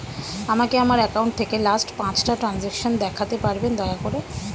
আমাকে আমার অ্যাকাউন্ট থেকে লাস্ট পাঁচটা ট্রানজেকশন দেখাতে পারবেন দয়া করে